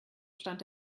stand